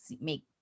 make